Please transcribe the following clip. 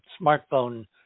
smartphone